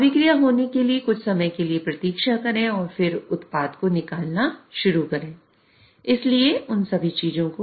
अभिक्रिया होने के लिए कुछ समय के लिए प्रतीक्षा करें और फिर उत्पाद को निकालना शुरू करें इसलिए उन सभी चीजों को